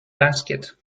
basket